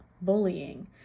bullying